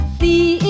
see